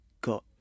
got